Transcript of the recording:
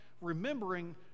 remembering